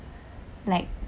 like